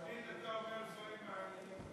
תמיד אתה אומר דברים מעניינים,